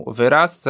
wyraz